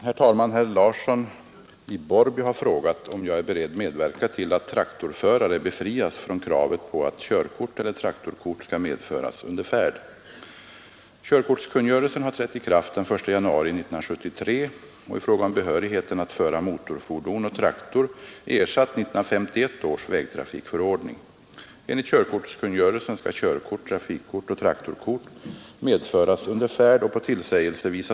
Herr talman! Herr Larsson i Borrby har frågat om jag är beredd medverka till att traktorförare befrias från kravet på att körkort eller traktorkort skall medföras under färd.